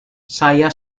saya